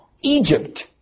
Egypt